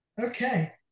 Okay